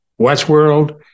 Westworld